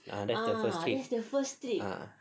ah that's the first trip ah